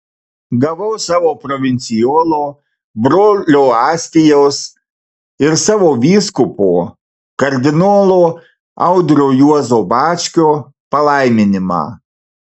gavau savo provincijolo brolio astijaus ir savo vyskupo kardinolo audrio juozo bačkio palaiminimą